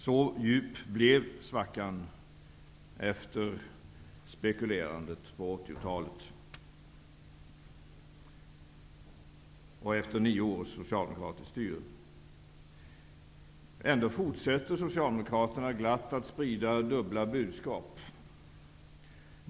Så djup blev svackan efter spekulerandet på 1980-talet och efter nio års socialdemokratiskt styre. Ändå fortsätter Socialdemokraterna glatt att sprida dubbla budskap.